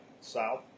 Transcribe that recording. south